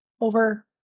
over